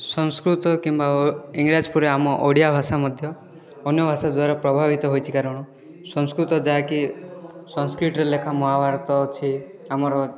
ସଂସ୍କୃତ କିମ୍ବା ଅ ଇଂରାଜୀ ପରି ଆମ ଓଡ଼ିଆ ଭାଷା ମଧ୍ୟ ଅନ୍ୟ ଭାଷା ଦ୍ୱାରା ପ୍ରଭାବିତ ହୋଇଛି କାରଣ ସଂସ୍କୃତ ଯାହାକି ସାଂସ୍କ୍ରିଟ୍ରେ ଲେଖା ମହାଭାରତ ଅଛି ଆମର